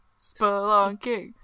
Spelunking